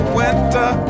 winter